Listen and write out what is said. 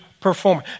perform